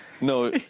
no